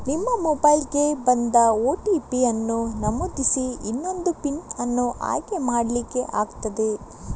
ನಿಮ್ಮ ಮೊಬೈಲಿಗೆ ಬಂದ ಓ.ಟಿ.ಪಿ ಅನ್ನು ನಮೂದಿಸಿ ಇನ್ನೊಂದು ಪಿನ್ ಅನ್ನು ಆಯ್ಕೆ ಮಾಡ್ಲಿಕ್ಕೆ ಆಗ್ತದೆ